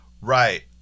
Right